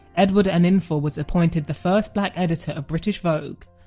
edward enninful was appointed the first black editor of british vogue,